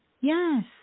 Yes